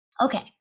okay